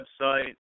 website